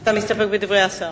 אתה מסתפק בדברי השר.